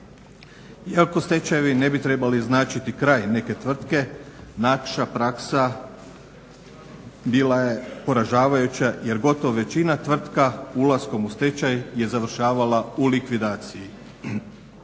Iako stečajevi ne bi trebali značiti kraj neke tvrtke naša praksa bila je poražavajuća jer gotovo većina tvrtka ulaskom u stečaj je završavala u likvidaciji.